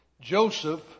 Joseph